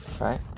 right